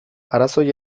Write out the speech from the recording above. arazoei